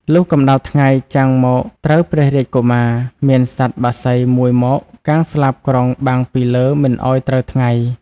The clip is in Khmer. លុះកម្ដៅថ្ងៃចាំងមកត្រូវព្រះរាជកុមារ មានសត្វបក្សី ១ មក កាងស្លាបក្រុងបាំងពីលើមិនឲ្យត្រូវថ្ងៃ ។